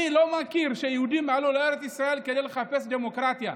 אני לא מכיר את זה שיהודים עלו לארץ ישראל כדי לחפש דמוקרטיה,